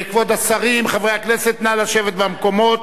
כבוד השרים, חברי הכנסת, נא לשבת במקומות.